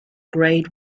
grade